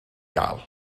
gael